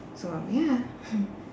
so ya